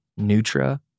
Nutra